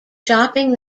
shopping